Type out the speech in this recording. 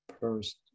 first